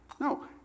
No